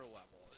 level